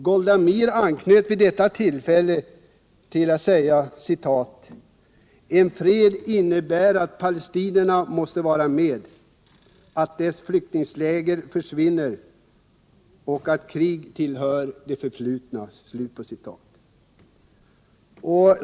Golda Meir anköt vid detta tillfälle till uttalandet att ”en fred innebär att palestinierna måste vara med, att dess flyktingläger försvinner och att krig tillhör det förflutna”.